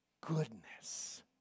goodness